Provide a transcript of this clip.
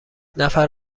نفر